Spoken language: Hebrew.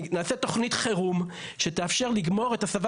נעשה תכנית חירום שתאפשר לגמור את הסבת